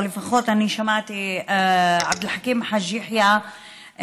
או לפחות אני שמעתי את עבד אל חכים חאג' יחיא במשפט